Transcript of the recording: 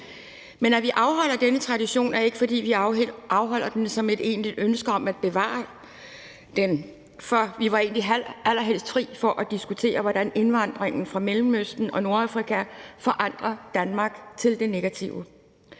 det, at vi afholder denne debat, er ikke, fordi vi har et egentligt ønske om at bevare den tradition, for vi var egentlig allerhelst fri for at diskutere, hvordan indvandringen fra Mellemøsten og Nordafrika forandrer Danmark i en negativ